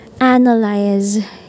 analyze